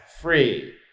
free